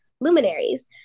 luminaries